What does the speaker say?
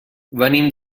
venim